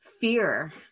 fear